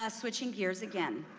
ah switching gears again.